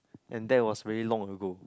and that was very long ago